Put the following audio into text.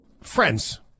Friends